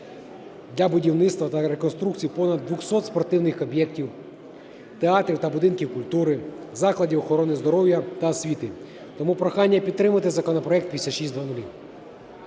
для будівництва та реконструкції понад 200 спортивних об'єктів, театрів та будинків культури, закладів охорони здоров'я та освіти. Тому прохання підтримати законопроект 5600.